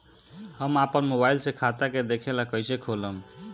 हम आपन मोबाइल से खाता के देखेला कइसे खोलम?